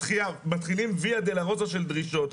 מתחילה דרך ייסורים של דרישות.